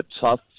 tough